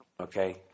Okay